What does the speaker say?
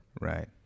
Right